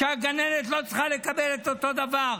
שהגננת לא צריכה לקבל את אותו דבר?